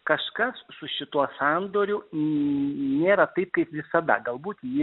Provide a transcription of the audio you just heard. kažkas su šituo sandoriu nėra taip kaip visada galbūt jį